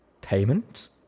Payment